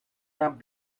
not